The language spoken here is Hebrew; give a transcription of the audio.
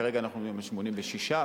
כרגע אנחנו עומדים על 86,